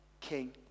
king